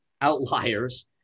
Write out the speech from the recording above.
outliers